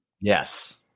Yes